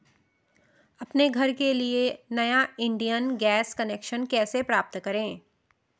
अपने घर के लिए नया इंडियन गैस कनेक्शन कैसे प्राप्त करें?